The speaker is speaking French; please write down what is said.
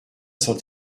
sont